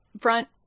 front